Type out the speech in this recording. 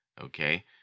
Okay